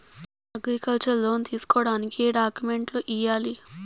Agriculture loan తీసుకోడానికి ఏం డాక్యుమెంట్లు ఇయ్యాలి?